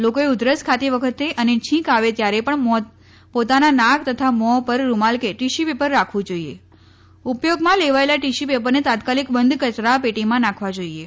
લોકોએ ઉધરસ ખાતી વખતે અને છીંક આવે ત્યારે પણ પોતાના નાક તથા મોં પર રૂમાલ કે ટીશ્યુ પેપર રાખવું જોઈએ ઉપયોગમાં લેવાયેલા ટિશ્યુ પેપરને તાત્કાલિક બંધ કચરા પેટીમાં નાખવા જોઈએ